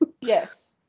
Yes